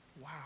wow